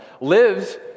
lives